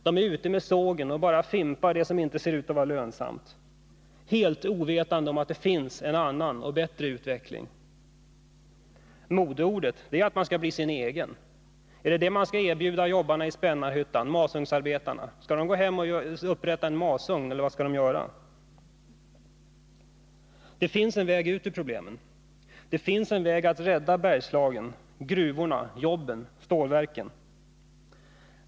De är ute med sågen och bara fimpar det som inte ser ut att vara lönsamt, och de är helt ovetande om att det finns en annan och bättre utveckling. Modeuttrycket är att man skall bli sin egen. Är det det som skall erbjudas masugnsarbetarna i Spännarhyttan? Skall de anlägga en egen masugn, eller vad menar man annars att de skall göra? Det finns en väg ut ur problemen. Det finns en väg att rädda Bergslagen, gruvorna, jobben och stålverken.